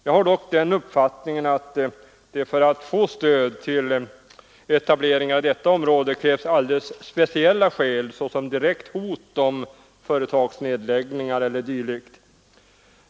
Jag har dock den uppfattningen att det för stöd till etableringar i dessa områden krävs alldeles speciella skäl, såsom direkt hot om företagsnedläggningar eller liknande.